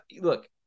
Look